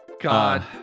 God